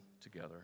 together